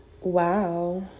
wow